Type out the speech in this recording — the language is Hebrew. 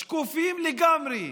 שקופים לגמרי.